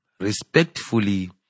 respectfully